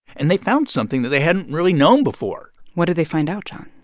and they found something that they hadn't really known before what did they find out, jon?